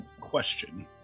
question